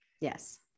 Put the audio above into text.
Yes